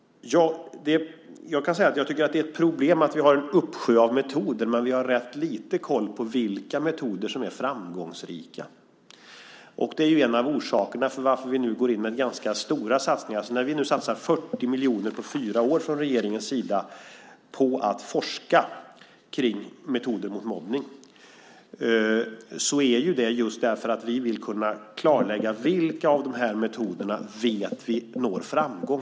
Jag tycker att det är ett problem att vi har en uppsjö av metoder men rätt liten koll på vilka som är framgångsrika. Det är en av orsakerna till att vi gör ganska stora satsningar. När vi nu från regeringens sida satsar 40 miljoner på fyra år på att forska kring metoder mot mobbning är det just för att vi vill kunna klarlägga vilka av dessa metoder som når framgång.